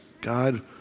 God